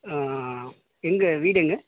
எங்கே வீடு எங்கே